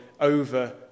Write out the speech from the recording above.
over